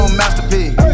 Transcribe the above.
masterpiece